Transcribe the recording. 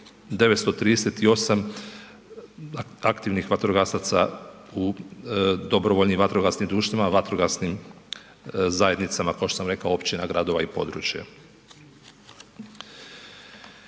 938 aktivnih vatrogasaca u dobrovoljnim vatrogasnim društvima, vatrogasnim zajednicama kao što sam rekao općina, gradova i područja.